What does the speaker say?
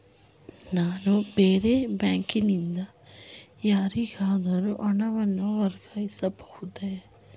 ನಾನು ಬೇರೆ ಬ್ಯಾಂಕಿನಿಂದ ಯಾರಿಗಾದರೂ ಹಣವನ್ನು ವರ್ಗಾಯಿಸಬಹುದೇ?